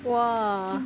!wah!